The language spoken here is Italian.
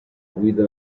guida